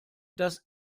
das